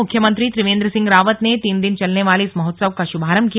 मुख्यमंत्री त्रिवेंद्र सिंह रावत ने तीन दिन चलने वाले इस महोत्सव का शुभारंभ किया